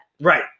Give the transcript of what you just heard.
Right